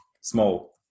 small